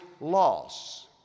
loss